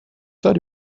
داری